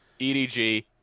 EDG